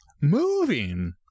moving